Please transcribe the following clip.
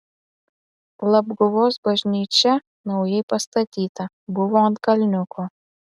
labguvos bažnyčia naujai pastatyta buvo ant kalniuko